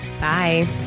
Bye